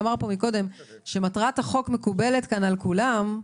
מטרת החוק מקובלת על כולם,